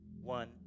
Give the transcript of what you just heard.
one